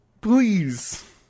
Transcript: Please